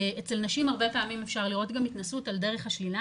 אצל נשים הרבה פעמים אפשר לראות גם התנסות על דרך השלילה,